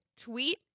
Tweet